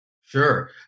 Sure